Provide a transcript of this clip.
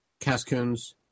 Cascoons